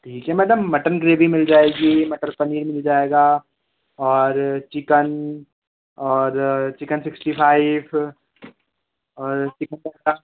ठीक है madam mutton gravy मिल जाएगी मटर पनीर मिल जाएगा और चिकन और चिकन सिक्स्टी फाइव और चिकन टिक्का